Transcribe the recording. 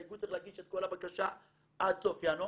האיגוד צריך להגיש את כל הבקשות עד סוף ינואר,